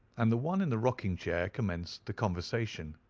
and the one in the rocking-chair commenced the conversation.